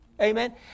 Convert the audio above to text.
Amen